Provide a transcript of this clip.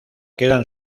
quedan